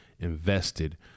invested